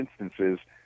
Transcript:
instances